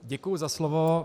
Děkuji za slovo.